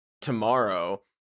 tomorrow